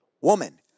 woman